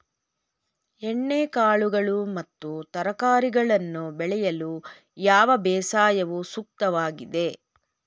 ಎಣ್ಣೆಕಾಳುಗಳು ಮತ್ತು ತರಕಾರಿಗಳನ್ನು ಬೆಳೆಯಲು ಯಾವ ಬೇಸಾಯವು ಸೂಕ್ತವಾಗಿದೆ?